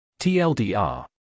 TLDR